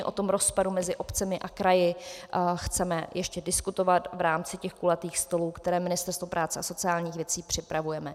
O tom rozpadu mezi obcemi a kraji chceme ještě diskutovat v rámci kulatých stolů, které Ministerstvo práce a sociálních věcí připravuje.